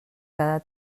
cada